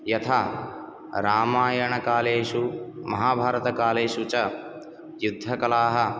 यथा रामयणकालेषु महाभारतकालेषु च युद्धकलाः